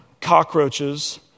cockroaches